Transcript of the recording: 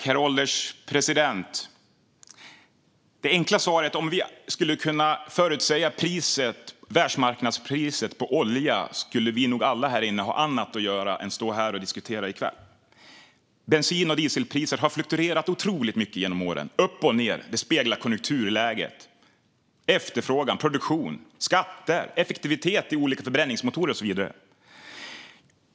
Herr ålderspresident! Det enkla svaret är att om vi kunde förutsäga världsmarknadspriset på olja skulle vi nog alla här inne ha annat att göra än att stå här och diskutera i kväll. Bensin och dieselpriser har fluktuerat otroligt mycket genom åren. De har gått upp och ned, och de speglar konjunkturläget, efterfrågan, produktion, skatter, effektivitet i olika sorters förbränningsmotorer och så vidare.